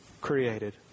created